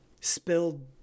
spilled